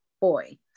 boy